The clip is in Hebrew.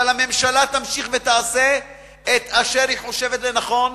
אבל הממשלה תמשיך ותעשה את אשר היא חושבת לנכון,